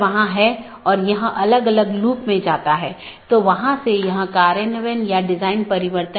जैसा कि हमने पहले उल्लेख किया है कि विभिन्न प्रकार के BGP पैकेट हैं